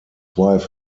wife